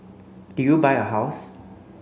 did you buy a house